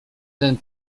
ten